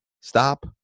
stop